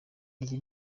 iyi